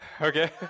Okay